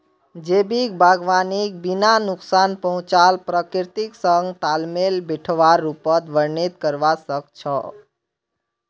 जैविक बागवानीक बिना नुकसान पहुंचाल प्रकृतिर संग तालमेल बिठव्वार रूपत वर्णित करवा स ख छ